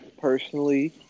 personally